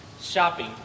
shopping